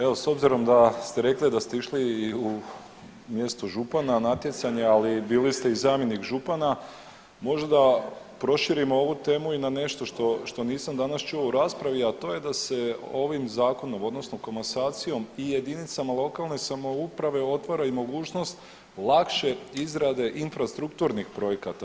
Evo s obzirom da ste rekli da ste išli u mjesto župana natjecanje, ali bili ste i zamjenik župana, možda proširimo ovu temu i na nešto što nisam danas čuo u raspravi, a to je da se ovim zakonom odnosno komasacijom i jedinicama lokalne samouprave otvara mogućnost lakše izrade infrastrukturnih projekata.